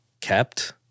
kept